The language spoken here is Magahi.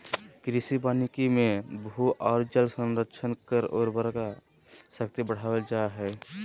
कृषि वानिकी मे भू आर जल संरक्षण कर उर्वरा शक्ति बढ़ावल जा हई